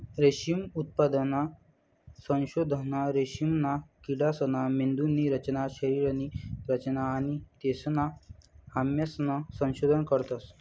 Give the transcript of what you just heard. रेशीम उत्पादनना संशोधनमा रेशीमना किडासना मेंदुनी रचना, शरीरनी रचना आणि तेसना हार्मोन्सनं संशोधन करतस